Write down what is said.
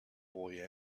boy